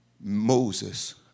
Moses